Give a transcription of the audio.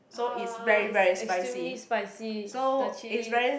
uh it's extremely spicy the chilli